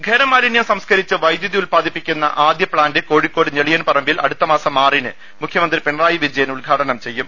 ഖരമാലിന്യം സംസ്കൃരിച്ച് ഒ്വെദ്യുതി ഉത്പാദിപ്പിക്കുന്ന ആദ്യ പ്ലാന്റ് കോഴിക്കോട് ഞെളിയ്ൻ പറമ്പിൽ അടുത്ത മാസം ആറിന് മുഖ്യമന്ത്രി പിണ്ഠായി വിജയൻ ഉദ്ഘാടനം ചെയ്യും